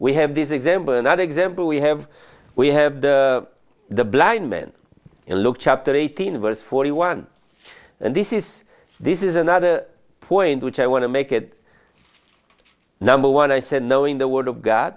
we have this example another example we have we have the blind men look chapter eighteen verse forty one and this is this is another point which i want to make it number one i said knowing the word of god